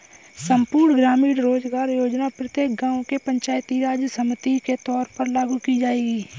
संपूर्ण ग्रामीण रोजगार योजना प्रत्येक गांव के पंचायती राज समिति के तौर पर लागू की जाएगी